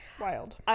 wild